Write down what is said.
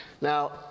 Now